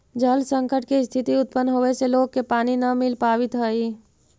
जल संकट के स्थिति उत्पन्न होवे से लोग के पानी न मिल पावित हई